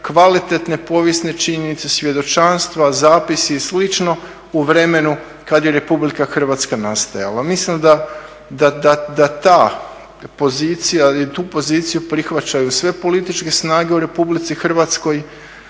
kvalitetne povijesne činjenice, svjedočanstva, zapisi i slično u vremenu kad je RH nastajala. Mislim da ta pozicija, i tu poziciju prihvaćaju sve političke snage u RH. Nitko